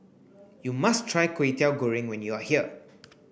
you must try Kway Teow Goreng when you are here